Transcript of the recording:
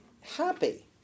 happy